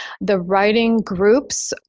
the writing groups.